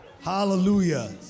Hallelujah